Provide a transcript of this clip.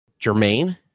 jermaine